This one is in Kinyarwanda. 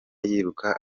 yiruka